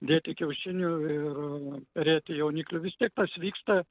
dėti kiaušinių ir perėti jauniklių vis tiek tas vyksta